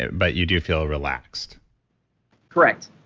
but you do feel relaxed correct,